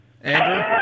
Andrew